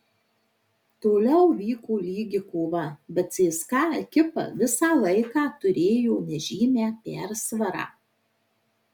toliau vyko lygi kova bet cska ekipa visą laiką turėjo nežymią persvarą